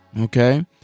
okay